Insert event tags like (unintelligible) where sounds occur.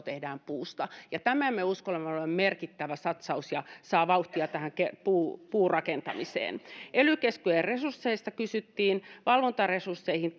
(unintelligible) tehdään puusta ja tämän me uskomme olevan merkittävä satsaus ja siitä saa vauhtia tähän puurakentamiseen ely keskusten resursseista kysyttiin valvontaresursseihin (unintelligible)